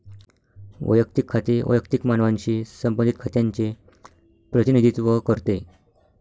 वैयक्तिक खाते वैयक्तिक मानवांशी संबंधित खात्यांचे प्रतिनिधित्व करते